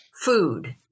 food